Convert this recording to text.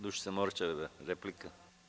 Dušica Morčev, replika.